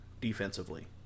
defensively